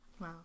wow